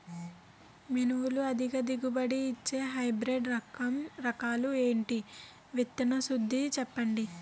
మినుములు అధిక దిగుబడి ఇచ్చే హైబ్రిడ్ రకాలు ఏంటి? విత్తన శుద్ధి చెప్పండి?